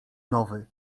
nowy